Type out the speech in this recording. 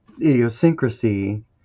idiosyncrasy